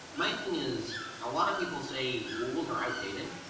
my thing is a lot of people say rules are outdated,